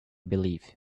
believe